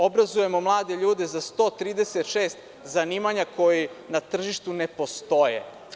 Obrazujemo mlade ljude za 136 zanimanja koji na tržištu ne postoje.